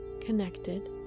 connected